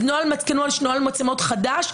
אז נוהל מצלמות חדש,